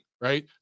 right